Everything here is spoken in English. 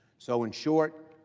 so, in short,